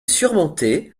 surmontée